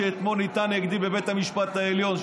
שניתן אתמול נגדי בבית המשפט העליון.